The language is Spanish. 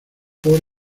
por